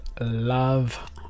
Love